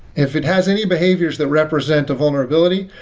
if it has any behaviors that represent a vulnerability,